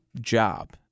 job